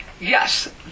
Yes